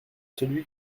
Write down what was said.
celui